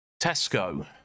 Tesco